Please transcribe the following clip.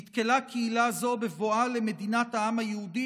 נתקלה קהילה זו בבואה למדינת העם היהודי